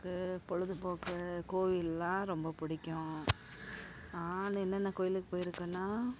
எனக்கு பொழுதுப்போக்கு கோவில்லாம் ரொம்ப பிடிக்கும் நான் என்னென்ன கோவிலுக்கு போயிருக்கன்னா